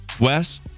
Wes